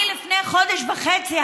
אני לפני חודש וחצי,